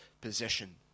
position